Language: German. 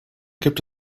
gibt